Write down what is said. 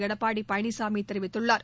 எடப்பாடி பழனிசாமி தெரிவித்துள்ளார்